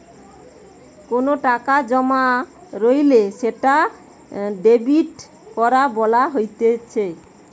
কোনো টাকা জমা কইরলে সেটা ডেবিট করা বলা হতিছে